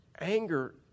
Anger